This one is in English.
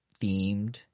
themed –